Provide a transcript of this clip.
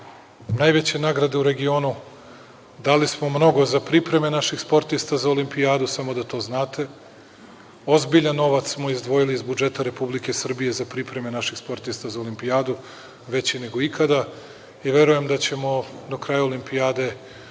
najveće nagrade u regionu. Dali smo mnogo za pripreme naših sportista za Olimpijadu, samo da to znate. Ozbiljan novac smo izdvojili iz budžeta Republike Srbije za pripreme naših sportista za Olimpijadu, veći nego ikada i verujem da ćemo do kraja Olimpijade